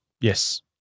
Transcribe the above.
Yes